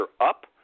up